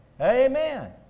Amen